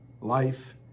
life